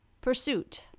pursuit